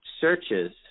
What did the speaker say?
searches